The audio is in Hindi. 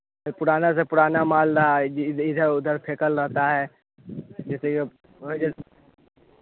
तो पुराना से पुराना माल रहा है इ इधर उधर फेकल रहता है जैसे यह